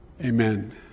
Amen